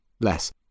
less